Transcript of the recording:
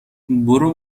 برو